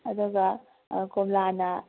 ꯑꯗꯨꯒ ꯀꯣꯝꯂꯥꯅ